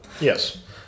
Yes